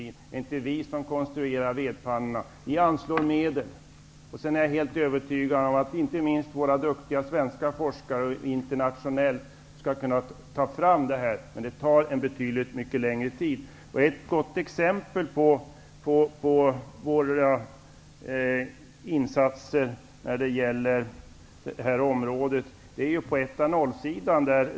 Det är inte vi som konstruerar vedpannorna. Vi anslår medel. Jag är helt övertygad om att inte minst våra duktiga svenska forskare skall kunna ta fram det här, men det tar tid. Ett bra exempel på våra insatser på det här området gäller etanol.